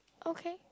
okay